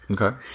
okay